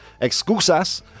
excusas